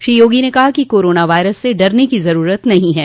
श्री योगी ने कहा कि कोरोना वायरस से डरने की ज़रूरत नहीं है